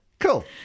Cool